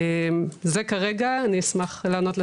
זה כרגע ואני אשמח לענות לשאלות.